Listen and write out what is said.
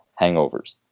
hangovers